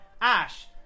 Ash